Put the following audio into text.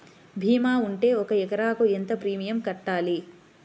భీమా ఉంటే ఒక ఎకరాకు ఎంత ప్రీమియం కట్టాలి?